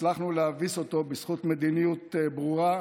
הצלחנו להביס אותו בזכות מדיניות ברורה,